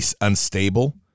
unstable